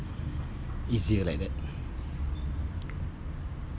easier like that